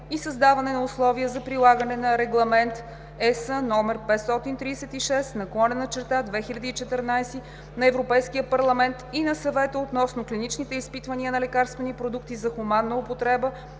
и създаване на условия за прилагане на Регламент (ЕС) № 536/2014 на Европейския парламент и на Съвета относно клиничните изпитвания на лекарствени продукти за хуманна употреба